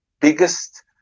biggest